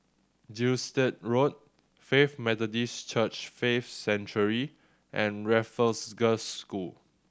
Gilstead Road Faith Methodist Church Faith Sanctuary and Raffles Girls' School